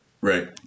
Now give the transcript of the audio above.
right